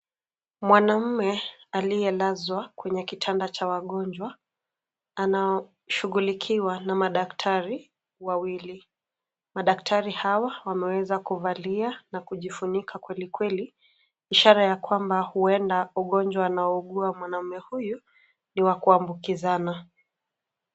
Mwanamume aliyelazwa kwenye kitanda cha wagonjwa, anashughulikiwa na madaktari wawili. Madaktari hawa wameweza kuvalia na kujifunika kweli kweli, ishara ya kwamba huenda ugonjwa anaougua mwanaume huyu ni wa kuambukizana.